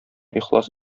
ихлас